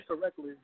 correctly